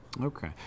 Okay